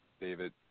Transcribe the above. David